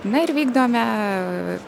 na ir vykdome